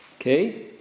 Okay